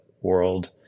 world